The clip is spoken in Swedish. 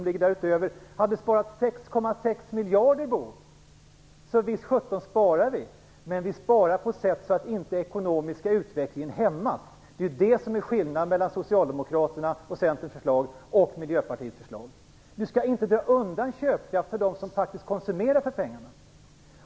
Visst sjutton sparar vi! Men vi sparar på ett sätt så att inte den ekonomiska utvecklingen hämmas. Det är det som är skillnaden mellan Socialdemokraternas och Centerns förslag och Miljöpartiets förslag. Ni skall inte dra undan köpkraft för dem som faktiskt konsumerar för pengarna.